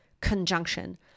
conjunction